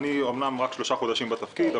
אני אומנם רק שלושה חודשים בתפקיד,